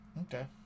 Okay